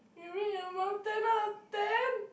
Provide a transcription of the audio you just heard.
you rate your mum ten out of ten